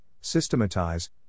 systematize